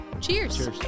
cheers